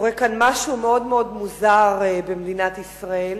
קורה כאן משהו מאוד מאוד מוזר במדינת ישראל,